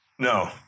No